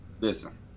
Listen